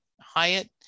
Hyatt